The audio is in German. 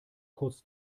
kurz